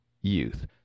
youth